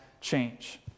change